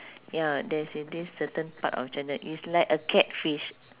ya there's in this certain part of china it's like a catfish